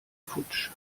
futsch